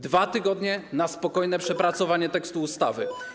2 tygodnie na spokojne przepracowanie tekstu ustawy.